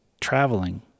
traveling